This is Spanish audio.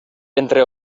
entre